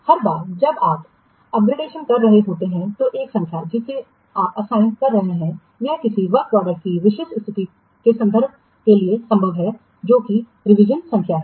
हर बार जब आप अपग्रेडेशन कर रहे होते हैं तो एक संख्या जिसे आप असाइन कर रहे हैं यह किसी कार्य उत्पाद की विशिष्ट स्थिति को संदर्भित करने के लिए संभव है जो कि रिवीजन संख्या है